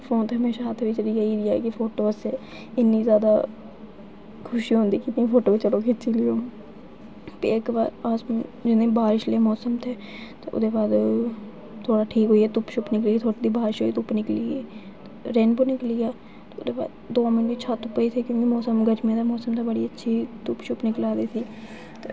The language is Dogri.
फोन ते हमेशा हथ ब्च गै लेईयै रक्खनी आं कि फोटो खिच्चनी ऐ खुशीं होंदी ऐ कि चलो फोटो खिच्ची लेई ऐ हुन ते इक बारी बारिश आह्ला मौसम ते धुप्प निकली निकलिया ते गर्मी दा मौसम हा बड़ी अच्छी धुप्प निकला दी ही